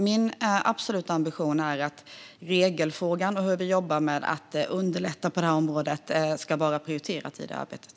Min absoluta ambition är att regelfrågan och hur vi jobbar med att underlätta på området ska vara prioriterat i arbetet.